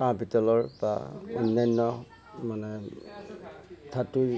কাঁহ পিতলৰ বা অন্যান্য মানে ধাতুৰ